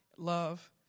love